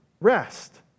rest